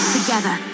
Together